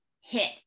hit